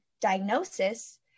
diagnosis